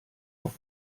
auf